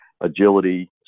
agility